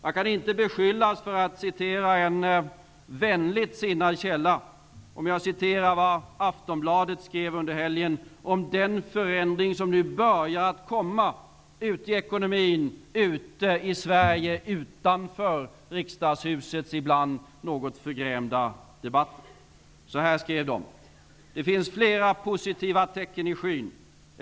Jag kan inte beskyllas för att apostrofera en vänligt sinnad källa när jag refererar vad Aftonbladet skrev under förra helgen om den förändring som nu börjar att komma i ekonomin i Sverige, utanför riksdagshusets ibland något förgrämda debatt. Aftonbladet skrev att det finns flera positiva tecken i skyn.